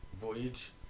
voyage